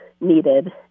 needed